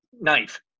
knife